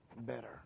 better